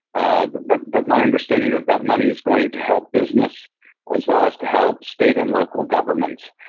and but but my understanding is that money is going to help business as well as to help state and local governments.